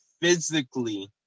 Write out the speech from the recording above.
physically